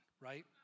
right